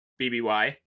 BBY